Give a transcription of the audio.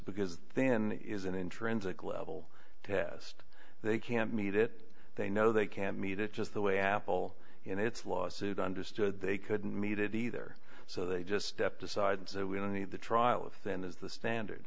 because then is an intrinsic level test they can't meet it they know they can't meet it just the way apple in its lawsuit understood they couldn't meet it either so they just stepped aside so we don't need the trial if then there's the standard